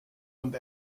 und